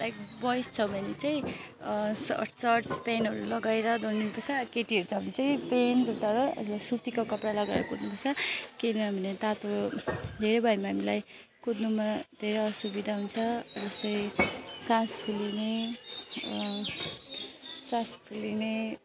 like boys छ भने चाहिँ सर्ट सर्ट्स पेन्टहरू लगाएर दौडिनुपर्छ केटीहरू छ भने चाहिँ पेन्ट्स तर ल्या सुतीको कपडा लगाएर कुद्नुपर्छ किनभने तातो धेरै भयो पनि हामीलाई कुद्नुमा धेरै असुविधा हुन्छ जस्तै सास फुलिने सास फुलिने